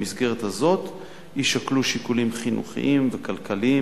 במסגרת הזאת יישקלו שיקולים חינוכיים וכלכליים